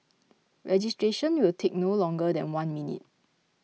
registration will take no longer than one minute